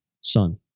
son